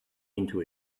into